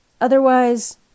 otherwise